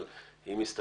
אבל אם מסתכלים,